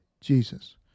Jesus